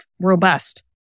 robust